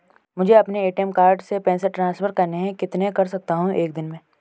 मुझे अपने ATM card से पैसे ट्रांसफर करने हैं कितने कर सकता हूँ एक दिन में?